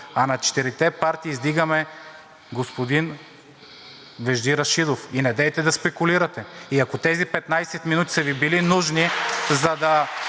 а четирите партии издигаме господин Вежди Рашидов. Недейте да спекулирате. Ако тези 15 минути са Ви били нужни, за да